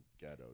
ghetto